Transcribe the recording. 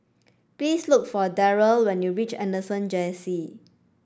please look for Darrell when you reach Anderson Junior C